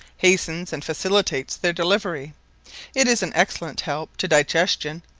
hastens and facilitates their delivery it is an excellent help to digestion,